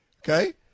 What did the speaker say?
Okay